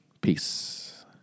Peace